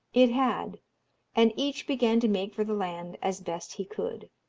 it had and each began to make for the land as best he could.